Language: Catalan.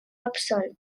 absolt